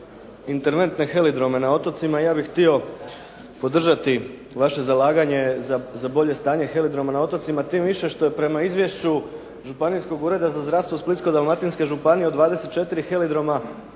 interventne heliodrome na otocima, ja bih htio podržati vaše zalaganje za bolje stanje heliodroma na otocima, tim više što je prema izvješću županijskog ureda za zdravstvo Splitsko-dalmatinske županije od 24 heliodroma